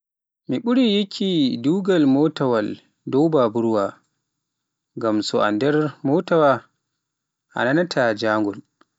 Mi ɓuri yikki diwgal motawaal dow baburwa, ngam so a nder motaawa a nanata jangol.